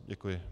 Děkuji.